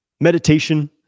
Meditation